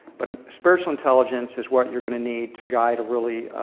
but ah spiritual intelligence is what you're going to need to guide really